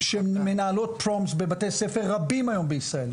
שמנהלות היום מסיבות "פרום" בבתי ספר רבים בישראל,